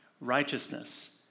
Righteousness